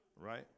right